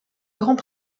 grands